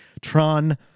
Tron